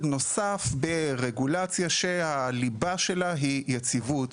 נוסף ברגולציה שהליבה שלה היא יציבות,